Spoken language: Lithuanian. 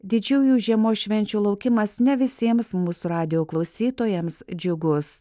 didžiųjų žiemos švenčių laukimas ne visiems mūsų radijo klausytojams džiugus